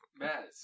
Maz